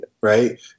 right